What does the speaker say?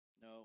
No